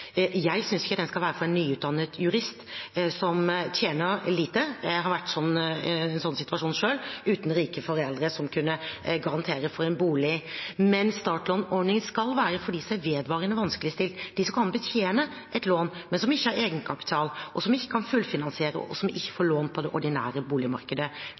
Jeg synes ikke den skal være for en nyutdannet jurist som tjener lite. Jeg har vært i en sånn situasjon selv, uten rike foreldre som kunne garantere for en bolig. Startlånordningen skal være for dem som er vedvarende vanskeligstilte – de som kan betjene et lån, men som ikke har egenkapital, som ikke kan fullfinansiere, og som ikke får lån på det ordinære boligmarkedet.